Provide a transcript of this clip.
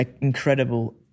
incredible